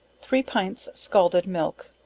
three pints scalded milk,